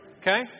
Okay